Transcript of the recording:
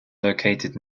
located